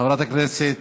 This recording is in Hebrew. חברת הכנסת